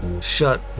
shut